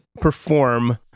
perform